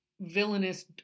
villainous